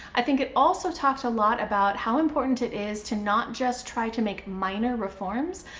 i think it also talks a lot about how important it is to not just try to make minor reforms,